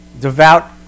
devout